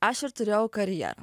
aš ir turėjau karjerą